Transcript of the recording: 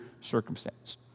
circumstance